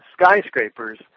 skyscrapers